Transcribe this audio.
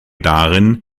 darin